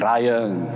Ryan